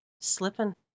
Slipping